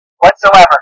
whatsoever